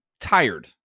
tired